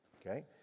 okay